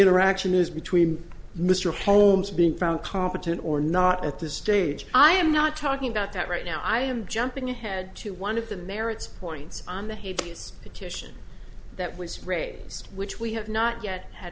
interaction is between mr holmes being found competent or not at this stage i am not talking about that right now i am jumping ahead to one of the merits points on the hades petition that was raised which we have not yet had